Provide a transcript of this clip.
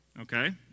Okay